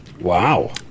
Wow